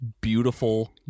beautiful